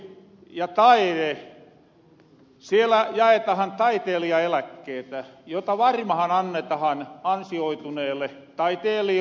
kulttuuri ja taide siellä jaetahan taiteilijaeläkkeitä joita varmahan annetahan ansioituneelle taiteilijoolle